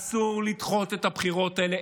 אסור לדחות את הבחירות האלה.